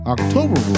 October